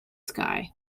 sky